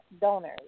donors